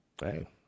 Hey